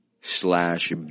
slash